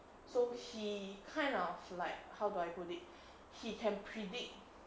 so he kind of like how do I put it he can predict